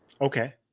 Okay